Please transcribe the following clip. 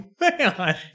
man